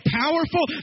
powerful